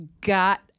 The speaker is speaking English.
got